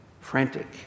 frantic